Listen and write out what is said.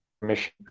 permission